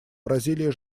бразилия